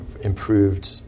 improved